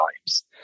times